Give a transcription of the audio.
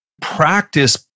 practice